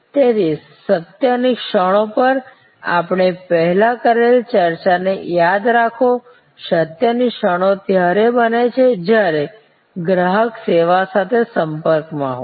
તેથી સત્યની ક્ષણો પર આપણે પહેલાં કરેલી ચર્ચાને યાદ રાખો સત્યની ક્ષણો ત્યારે બને છે જ્યારે ગ્રાહક સેવા સાથે સંપર્કમાં હોય